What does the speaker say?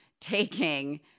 taking